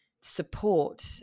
support